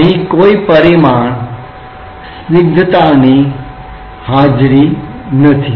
અહીં કોઈ સ્નિગ્ધતા પરિમાણ ની હાજરી નથી